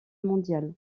mondial